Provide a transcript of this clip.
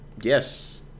Yes